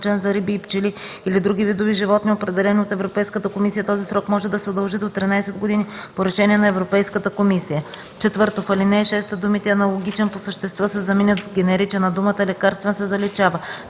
за риби и пчели или други видове животни, определени от Европейската комисия, този срок може да се удължи до 13 години по решение на Европейската комисия.”. 4. В ал. 6 думите „аналогичен по същество” се заменят с „генеричен”, а думата „лекарствен” се заличава.